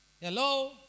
Hello